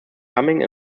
coming